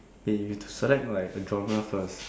eh you have to select like a genre first